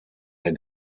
der